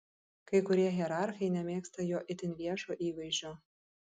kai kurie hierarchai nemėgsta jo itin viešo įvaizdžio